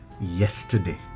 yesterday